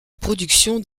production